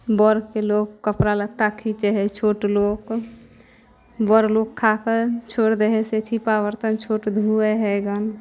बड़के लोक कपड़ा लत्ता खिचै हइ छोट लोक बड़ लोक खा कऽ छोड़ि दै हइ से छिप्पा बर्तन छोट धुए हइ गन